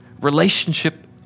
relationship